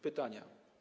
Pytania.